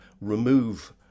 remove